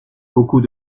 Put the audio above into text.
beaucoup